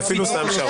אני אפילו שם שעון.